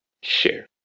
Share